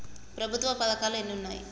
ప్రభుత్వ పథకాలు ఎన్ని ఉన్నాయి?